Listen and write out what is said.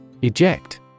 Eject